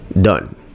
done